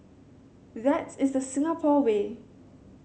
that is the Singapore way